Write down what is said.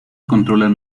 controlan